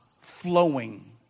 flowing